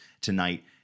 tonight